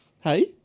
Hey